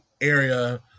area